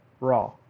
Raw